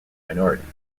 minorities